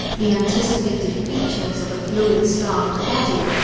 the anticipated features of a fluid starved body,